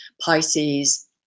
Pisces